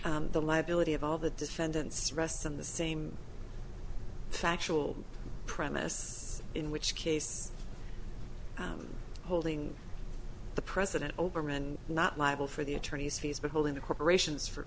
the liability of all the defendants rests in the same factual premise in which case holding the president overman not liable for the attorney's fees but holding the corporations for